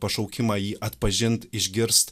pašaukimą jį atpažint išgirst